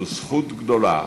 זו זכות גדולה